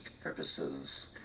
purposes